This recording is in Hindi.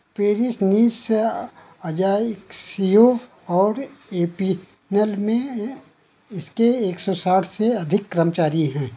पेरिस नीस अजाक्सियो और एपिनल में इसके एक सौ साठ से अधिक कर्मचारी हैं